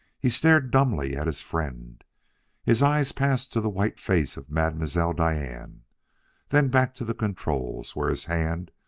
he stared dumbly at his friend his eyes passed to the white face of mademoiselle diane then back to the controls, where his hand,